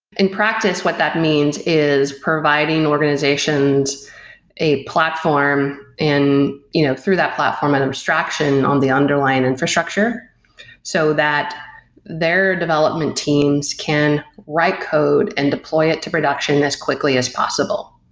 in practice what that means is providing organizations a platform, and you know through that platform, an abstraction on the underlying infrastructure so that their development teams can write code and deploy it to production as quickly as possible.